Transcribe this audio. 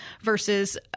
versus